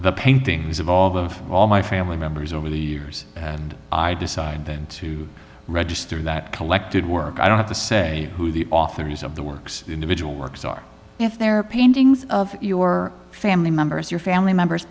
the paintings of all the of all my family members over the years and i decide then to register that collected work i don't have to say who the authors of the works individual works are if they're paintings of your family members your family members